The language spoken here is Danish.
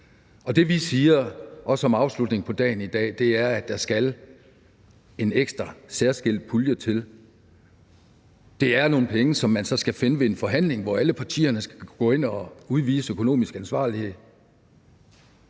Det, vi siger – også som afslutning på debatten i dag – er, at der skal en ekstra, særskilt pulje til. Det er nogle penge, som man så skal finde ved en forhandling, hvor alle partierne skal udvise økonomisk ansvarlighed.